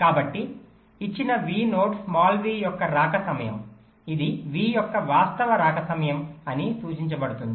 కాబట్టి ఇచ్చిన V node small v యొక్క రాక సమయం ఇది V యొక్క వాస్తవ రాక సమయం అని సూచించబడుతుంది